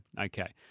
Okay